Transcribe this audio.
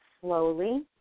slowly